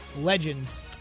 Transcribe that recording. legends